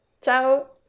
Ciao